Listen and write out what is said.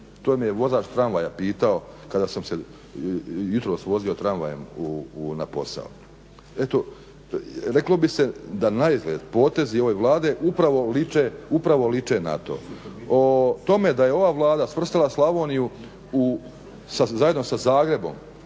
to me je vozač tramvaja pitao kada sam se jutros vozio tramvajem na posao. Reklo bi se da naizgled potezi ove Vlade upravo liče na to. O tome da je ova Vlada svrstala Slavoniju zajedno sa Zagrebom